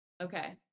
okay